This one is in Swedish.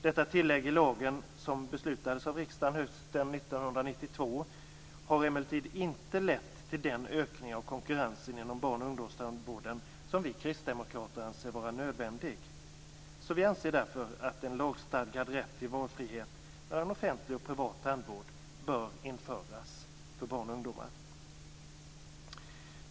Detta tillägg i lagen som beslutades av riksdagen hösten 1992 har emellertid inte lett till den ökning av konkurrensen inom barn och ungdomstandvården som vi kristdemokrater anser vara nödvändig. Vi anser därför att en lagstadgad rätt till valfrihet mellan offentlig och privat tandvård bör införas för barn och ungdomar.